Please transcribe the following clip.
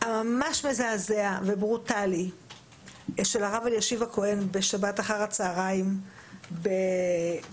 המזעזע והברוטאלי של הרב אלישיב הכהן בשבת אחר הצהריים בכניסה